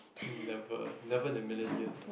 um never never in a million years